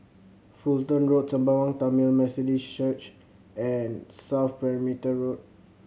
Fulton Road Sembawang Tamil Methodist Church and South Perimeter Road